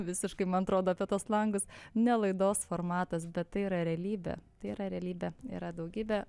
visiškai man atrodo apie tuos langus ne laidos formatas bet tai yra realybė tai yra realybė yra daugybė